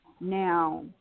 Now